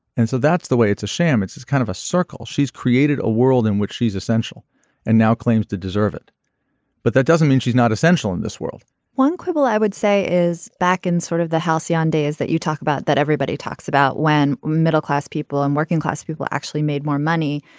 and so that's the way it's a sham it's it's kind of a circle she's created a world in which she is essential and now claims to deserve it but that doesn't mean she's not essential in this world one quibble i would say is back in sort of the halcyon days that you talk about that everybody talks about when middle class people and working class people actually made more money.